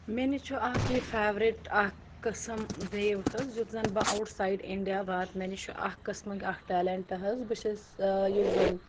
مےٚ نِش چھُ اَکھ یہِ فیورِٹ اَکھ قٕسم ویو حظ یُتھ زَن بہٕ اَوُٹ سایڈ اِنڈیا واتہ مےٚ نِش چھُ اکھ قٕسمٕکۍ اَکھ ٹیلنٹ حظ بہٕ چھَس یُس زَن